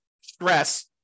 stress